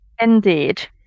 indeed